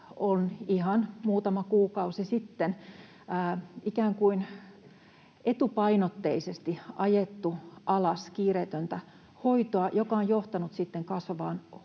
on ihan muutama kuukausi sitten ikään kuin etupainotteisesti ajettu alas kiireetöntä hoitoa, mikä on johtanut sitten kasvavaan